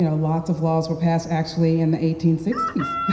ah lots of laws were passed, actually, in the eighteen sixty s,